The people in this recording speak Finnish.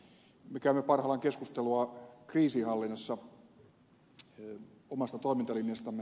me käymme parhaillaan keskustelua kriisinhallinnassa omasta toimintalinjastamme